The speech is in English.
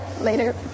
Later